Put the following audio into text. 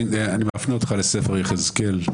אני מפנה אותך לספר יחזקאל.